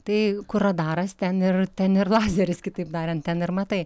tai kur radaras ten ir ten ir lazeris kitaip tariant ten ir matai